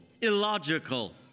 illogical